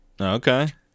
Okay